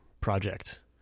project